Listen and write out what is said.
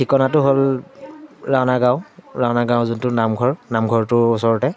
ঠিকনাটো হ'ল ৰাওণা গাঁও ৰাওণা গাঁৱৰ যোনটো নামঘৰ নামঘৰটোৰ ওচৰতে